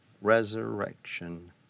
resurrection